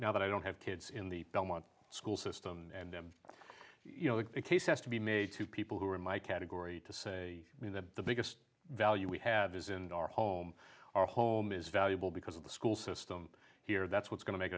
now that i don't have kids in the belmont school system and you know if a case has to be made to people who are in my category to say that the biggest value we have is in our home our home is valuable because of the school system here that's what's going to make